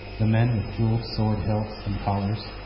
the men with jewelled sword hilts and col lars,